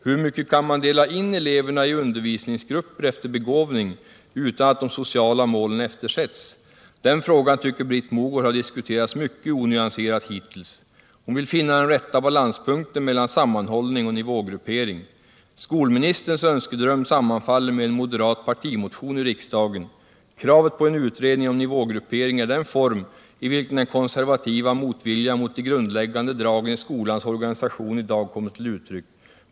Hur mycket kan man dela in eleverna i undervisningsgrupper efter begåvning utan att de sociala målen eftersätts? Den frågan tycker Britt Mogård har diskuterats mycket onyanserat hittills. Hon vill finna den rätta balanspunkten mellan sammanhållning och nivågruppering. Skolministerns önskedröm sammanfaller med en moderat partimotion i riksdagen. Kravet på en utredning om nivågruppering är den form i vilken den konservativa motviljan mot de grundläggande dragen i skolans organisation i dag kommer till uttryck.